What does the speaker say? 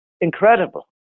incredible